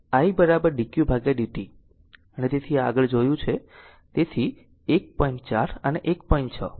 1 માંથી I dqdt અને તેથી આગળ જોયું છે